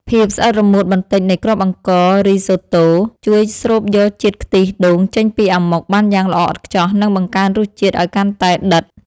ភាពស្អិតរមួតបន្តិចនៃគ្រាប់អង្កររីសូតូជួយស្រូបយកជាតិខ្ទិះដូងចេញពីអាម៉ុកបានយ៉ាងល្អឥតខ្ចោះនិងបង្កើនរសជាតិឱ្យកាន់តែដិត។